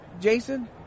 Jason